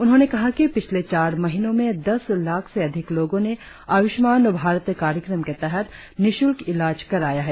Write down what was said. उन्होंने कहा कि पिछले चार महीनों में दस लाख से अधिक लोगों ने आयुषमान भारत कार्यक्रम के तहत निःशुल्क इलाज कराया है